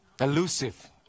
Elusive